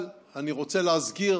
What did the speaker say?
אבל אני רוצה להזכיר